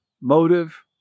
motive